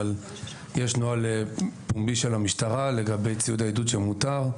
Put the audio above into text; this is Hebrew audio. אבל יש נוהל פומבי של המשטרה לגבי ציוד העידוד שמותר.